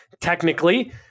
technically